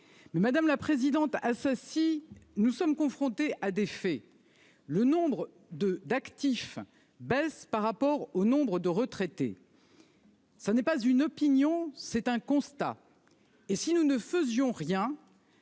madame la sénatrice Assassi, nous sommes confrontés à des faits : le nombre d'actifs baisse par rapport au nombre de retraités. Ce n'est pas une opinion ; c'est un constat. Si nous ne faisions rien,